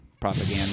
propaganda